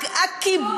נכון.